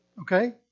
Okay